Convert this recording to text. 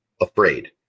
afraid